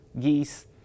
geese